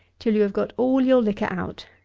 till you have got all your liquor out.